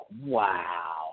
wow